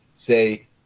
say